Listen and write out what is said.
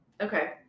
okay